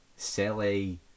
Silly